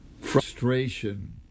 frustration